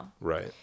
Right